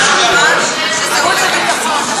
יעבור חוץ וביטחון.